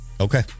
Okay